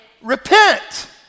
repent